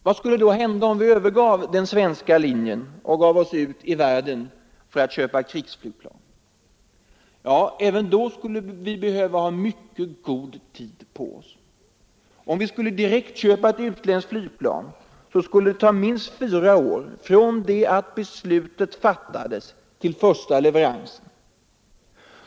Vad skulle då hända om vi övergav den svenska linjen och gick ut i världen för att köpa krigsflygplan? Ja, även då skulle vi behöva ha mycket god tid på oss. Om vi ville direktköpa ett utländskt flygplan så skulle det ta minst fyra år från det beslutet fattades till första leveransen.